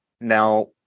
Now